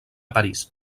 parís